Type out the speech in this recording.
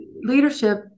leadership